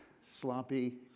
sloppy